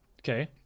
Okay